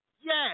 Yes